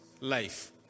life